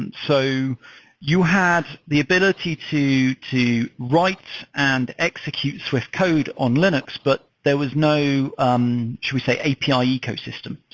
and so you had the ability to to write and execute swift code on linux, but there was no, um shall we say, api ah ecosystem.